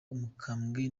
umukambwe